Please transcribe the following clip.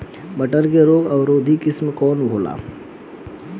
मटर के रोग अवरोधी किस्म कौन होला?